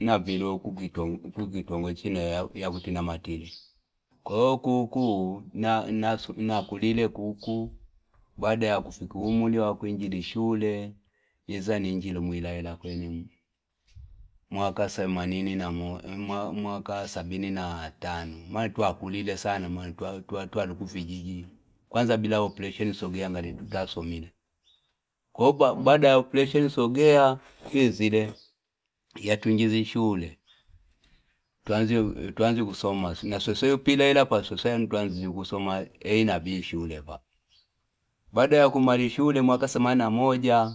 Nabilo kukitongo itina ya kutinamatiri. Kuu kuu, na kulile kuu kuu, Bada ya kufikuhumuli wako injili shule, Yeza nijilo mwisho kwenye mwa. Mwaka semanini na moja- mwaka sabini na tano. Mwali tuwa kulile sana, mwali tuwa luku fijiji. Kwanza bila opletion sogea twizile baada ya opelesheni sogea iyatwinginjwa shule twanja kusoma na sweswe pilaela pa sweswe aliyanatwanzinje kusoma A na B shule bada ya kumala shule mwaka themanamoja